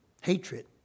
hatred